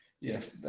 Yes